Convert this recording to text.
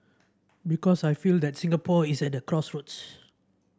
because I feel that Singapore is at the crossroads